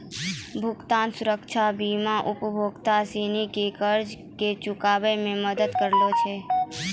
भुगतान सुरक्षा बीमा उपभोक्ता सिनी के कर्जा के चुकाबै मे मदद करै छै